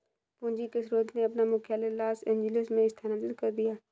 पूंजी के स्रोत ने अपना मुख्यालय लॉस एंजिल्स में स्थानांतरित कर दिया